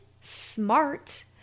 smart